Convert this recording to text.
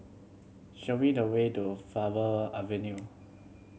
show me the way to Faber Avenue